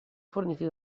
forniti